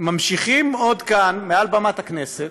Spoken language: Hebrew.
ממשיכים עוד כאן, מעל במת הכנסת,